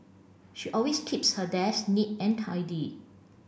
she always keeps her desk neat and tidy